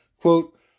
Quote